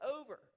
over